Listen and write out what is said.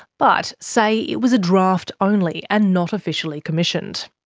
but say it was a draft only and not officially commissioned.